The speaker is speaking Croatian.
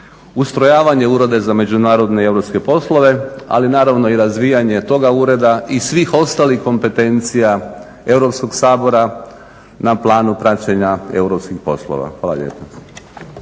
ustrojavanje Ureda za međunarodne i europske poslove, ali naravno i razvijanje toga ureda i svih ostalih kompetencija europskog Sabora na planu praćenja europskih poslova. Hvala lijepa.